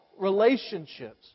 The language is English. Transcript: relationships